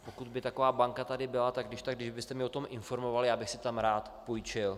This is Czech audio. Pokud by taková banka tady byla, tak když tak kdybyste mě o tom informoval, já bych si tam rád půjčil.